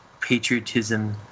patriotism